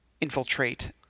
infiltrate